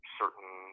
certain